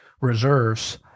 reserves